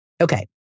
Okay